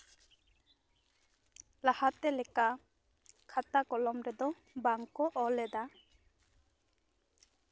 ᱞᱟᱦᱟᱛᱮ ᱞᱮᱠᱟ ᱠᱷᱟᱛᱟ ᱠᱚᱞᱚᱢ ᱨᱮᱫᱚ ᱵᱟᱝᱠᱚ ᱚᱞ ᱮᱫᱟ